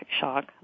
shock